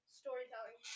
storytelling